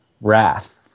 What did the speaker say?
Wrath